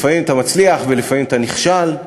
לפעמים אתה מצליח ולפעמים אתה נכשל.